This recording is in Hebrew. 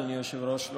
אדוני היושב-ראש,